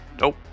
Nope